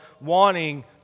wanting